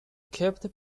kept